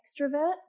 extrovert